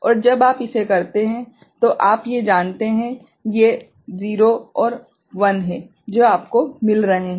और जब आप इसे करते हैं तो आप ये जानते हैं ये 0s और 1s हैं जो आपको मिल रहे हैं